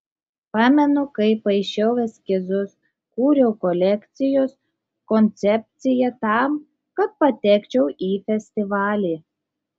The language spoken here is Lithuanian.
pamenu kaip paišiau eskizus kūriau kolekcijos koncepciją tam kad patekčiau į festivalį